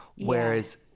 Whereas